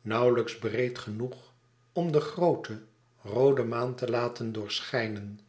nauwelijks breed genoeg om de groote roode maan te laten doorschijnen